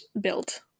built